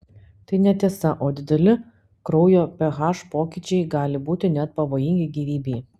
tai netiesa o dideli kraujo ph pokyčiai gali būti net pavojingi gyvybei